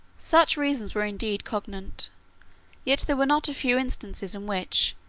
such reasons were indeed cogent yet there were not a few instances in which,